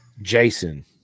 jason